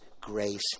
grace